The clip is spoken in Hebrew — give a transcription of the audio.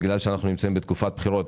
כי אנחנו נמצאים בתקופת בחירות,